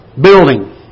Building